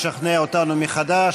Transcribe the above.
לשכנע אותנו מחדש.